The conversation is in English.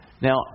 Now